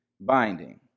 binding